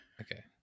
okay